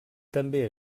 també